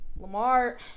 Lamar